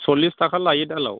सल्लिस थाखा लायो दालाव